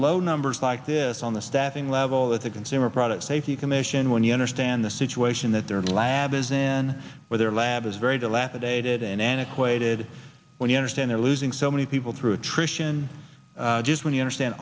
low numbers like this on the staffing level at the consumer product safety commission when you understand the situation that their lab is in where their lab is very to laugh a dated and antiquated when you understand they're losing so many people through attrition just when you understand